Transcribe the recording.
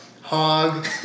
hog